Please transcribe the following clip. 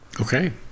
Okay